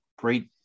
Great